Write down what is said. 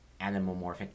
animomorphic